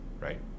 right